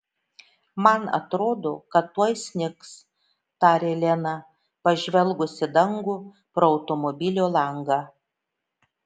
man atrodo kad tuoj snigs tarė lena pažvelgus į dangų pro automobilio langą